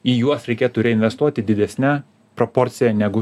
į juos reikėtų reinvestuoti didesne proporcija negu